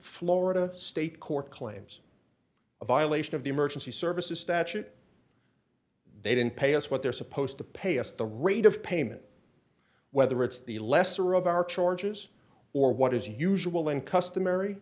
florida state court claims a violation of the emergency services statute they didn't pay us what they're supposed to pay us the rate of payment whether it's the lesser of our charges or what is usual and customary